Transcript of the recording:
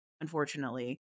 unfortunately